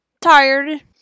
tired